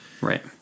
Right